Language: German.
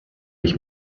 ich